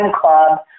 Club